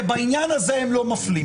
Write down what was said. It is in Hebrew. כי בעניין הזה הם לא מפלים.